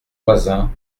voisin